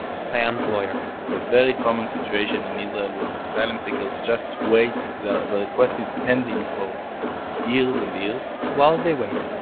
payam's lawyer it's a very common in israel where asylum seekers just wait, the the request is pending for years and years while they wait,